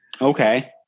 Okay